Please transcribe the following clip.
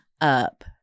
up